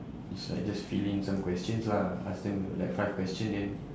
it's like just fill in some questions lah ask them like five question then